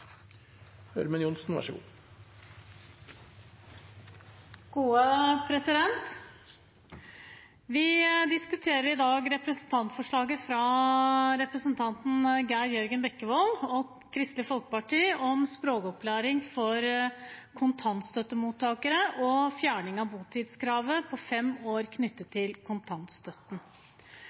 Vi diskuterer i dag representantforslaget fra Kristelig Folkepartis representant Geir Jørgen Bekkevold om språkopplæring for kontantstøttemottakere og fjerning av botidskravet på fem år som er knyttet til kontantstøtten.